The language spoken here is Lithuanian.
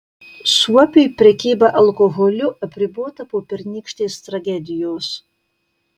suopiui prekyba alkoholiu apribota po pernykštės tragedijos